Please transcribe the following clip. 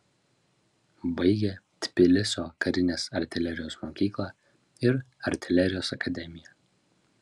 baigė tbilisio karinės artilerijos mokyklą ir artilerijos akademiją